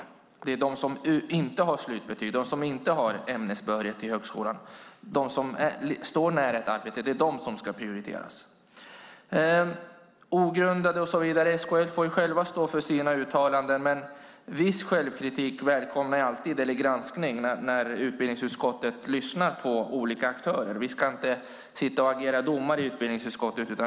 De som ska prioriteras är de som inte har slutbetyg, inte har ämnesbehörighet till högskolan och som inte står nära ett arbete. SKL får själva stå för sina uttalande och svara för om de är ogrundade eller inte. Jag välkomnar alltid viss granskning när utbildningsutskottet lyssnar på olika aktörer. Vi ska inte sitta och agera domare i utbildningsutskottet.